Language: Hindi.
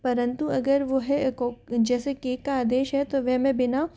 परंतु अगर वह जैसे केक का आदेश है तो वह मैं बिना